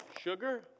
Sugar